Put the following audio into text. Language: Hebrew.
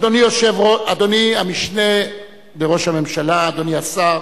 אדוני המשנה לראש הממשלה, אדוני השר,